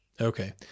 Okay